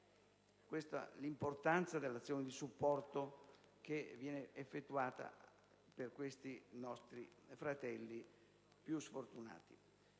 Questa è l'importanza dell'azione di supporto che viene effettuata per questi nostri fratelli più sfortunati.